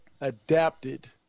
adapted